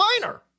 minor